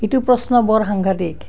ইটো প্ৰশ্ন বৰ সাংঘাতিক